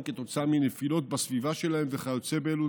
כתוצאה מנפילות בסביבה שלהם וכיוצא באלו.